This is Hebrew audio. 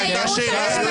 אין לך זכות.